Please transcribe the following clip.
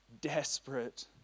desperate